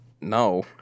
No